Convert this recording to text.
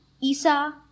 Isa